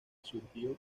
sugirió